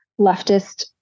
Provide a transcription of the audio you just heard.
leftist